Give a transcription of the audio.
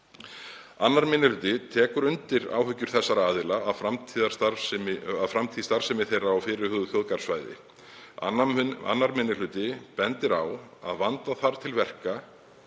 2. minni hluti tekur undir áhyggjur þessara aðila af framtíð starfsemi þeirra á fyrirhuguðu þjóðgarðssvæði. 2. minni hluti bendir á að vanda þurfi vel